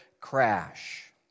crash